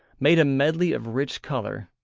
made a medley of rich colour,